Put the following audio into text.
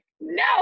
no